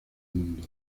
mundo